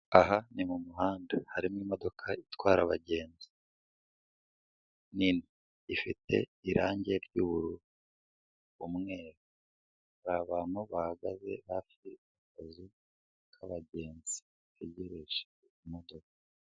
Aha ni mu muhanda, harimo imodoka itwara abagenzi nini, ifite irangi ry'ubururu, umweru, hari abantu bahagaze hafi y'akazu k'abagenzi bategereje imodoka.